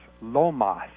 Lomas